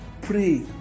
Pray